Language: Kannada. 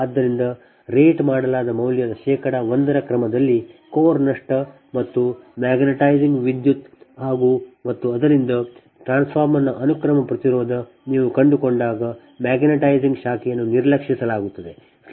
ಆದ್ದರಿಂದ ರೇಟ್ ಮಾಡಲಾದ ಮೌಲ್ಯದ ಶೇಕಡಾ 1 ರ ಕ್ರಮದಲ್ಲಿ ಕೋರ್ ನಷ್ಟ ಮತ್ತು ಮ್ಯಾಗ್ನೆಟೈಸಿಂಗ್ ವಿದ್ಯುತ್ ಮತ್ತು ಆದ್ದರಿಂದ ಟ್ರಾನ್ಸ್ಫಾರ್ಮರ್ನ ಅನುಕ್ರಮ ಪ್ರತಿರೋಧ ನೀವು ಕಂಡುಕೊಂಡಾಗ ಮ್ಯಾಗ್ನೆಟೈಜಿಂಗ್ ಶಾಖೆಯನ್ನು ನಿರ್ಲಕ್ಷಿಸಲಾಗುತ್ತದೆ